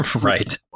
right